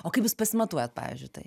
o kaip jūs pasimatuojat pavyzdžiui tai